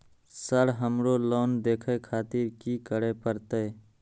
Sir हमरो loan देखें खातिर की करें परतें?